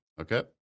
Okay